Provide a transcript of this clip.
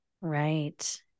Right